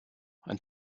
ein